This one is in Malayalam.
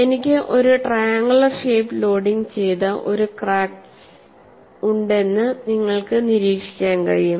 എനിക്ക് ഒരു ട്രയാങ്കുലർ ഷേപ്പ് ലോഡിംഗ് ചെയ്ത ഒരു ക്രാക്ക് ഉണ്ടെന്ന് നിങ്ങൾക്ക് നിരീക്ഷിക്കാൻ കഴിയും